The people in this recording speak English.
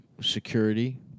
security